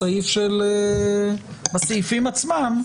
בסעיפים עצמם,